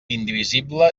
indivisible